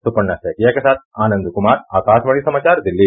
सुपर्णा सेकिया के साथ आनंद कुमार आकाशवाणी समाचार दिल्ली